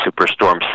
Superstorm